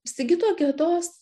sigito gedos